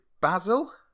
Basil